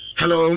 hello